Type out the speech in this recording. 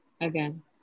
again